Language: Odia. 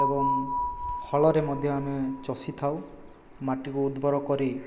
ଏବଂ ହଳରେ ମଧ୍ୟ ଆମେ ଚଷିଥାଉମାଟିକୁ ଉଦ୍ବର କରି